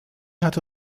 hatte